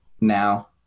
now